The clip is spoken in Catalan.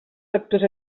factors